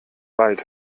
wald